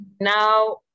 Now